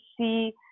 see